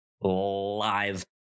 live